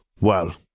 Well